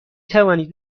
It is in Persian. توانید